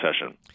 session